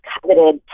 coveted